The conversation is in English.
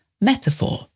metaphor